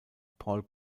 paul